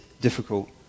difficult